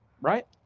right